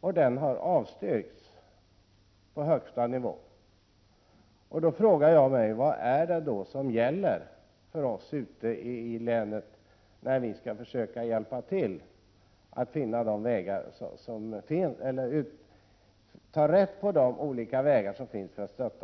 Det ärendet har sedan avslagits på högsta nivå. Då frågar jag mig: Vad är det som gäller för oss ute i länet, när vi skall försöka hjälpa till att finna vägar för att stödja